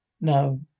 No